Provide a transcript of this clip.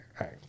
right